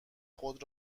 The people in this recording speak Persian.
خود